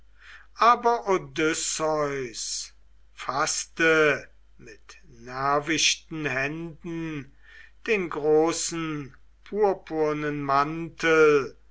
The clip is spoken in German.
aber odysseus faßte mit nervichten händen den großen purpurnen mantel